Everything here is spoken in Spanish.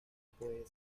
puede